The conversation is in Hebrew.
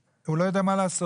והוא לא יודע מה לעשות.